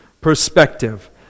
perspective